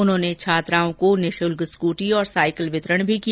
उन्होंने छात्राओं को निशुल्क स्कूटी और साइकिल वितरण भी किया